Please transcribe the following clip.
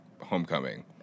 Homecoming